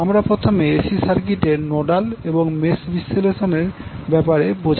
আমরা প্রথমে এসি সার্কিটের নোডাল এবং মেশ বিশ্লেষণ এর ব্যাপারে বোঝার চেষ্টা করবো